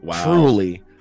truly